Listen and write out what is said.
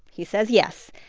he says yes.